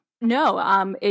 no